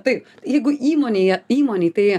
tai jeigu įmonėje įmonei tai